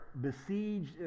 besieged